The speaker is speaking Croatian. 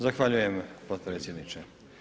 Zahvaljujem potpredsjedniče.